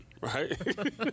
right